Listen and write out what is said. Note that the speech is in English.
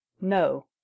No